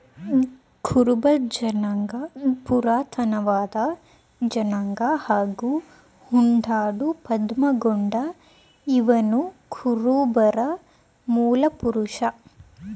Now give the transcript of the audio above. ಕುರುಬ ಜನಾಂಗ ಪುರಾತನವಾದ ಜನಾಂಗ ಹಾಗೂ ಉಂಡಾಡು ಪದ್ಮಗೊಂಡ ಇವನುಕುರುಬರ ಮೂಲಪುರುಷ